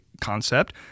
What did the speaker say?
concept